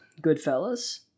Goodfellas